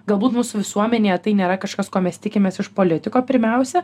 galbūt mūsų visuomenėje tai nėra kažkas ko mes tikimės iš politiko pirmiausia